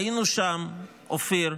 היינו שם, אופיר,